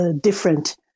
different